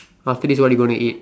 after this what you gonna eat